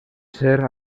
ser